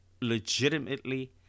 legitimately